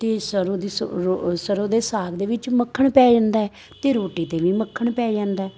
ਅਤੇ ਸਰ੍ਹੋਂ ਦੀ ਸੋ ਓ ਸਰ੍ਹੋਂ ਦੇ ਸਾਗ ਦੇ ਵਿੱਚ ਮੱਖਣ ਪੈ ਜਾਂਦਾ ਅਤੇ ਰੋਟੀ 'ਤੇ ਵੀ ਮੱਖਣ ਪੈ ਜਾਂਦਾ